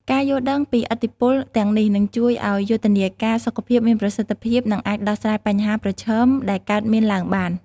ការយល់ដឹងពីឥទ្ធិពលទាំងនេះនឹងជួយឲ្យយុទ្ធនាការសុខភាពមានប្រសិទ្ធភាព និងអាចដោះស្រាយបញ្ហាប្រឈមដែលកើតមានឡើងបាន។